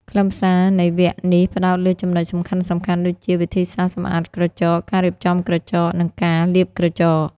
ខ្លឹមសារនៃវគ្គនេះផ្តោតលើចំណុចសំខាន់ៗដូចជា វិធីសាស្រ្តសម្អាតក្រចក ការរៀបចំក្រចក និងការលាបក្រចក។